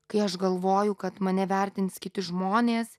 kai aš galvoju kad mane vertins kiti žmonės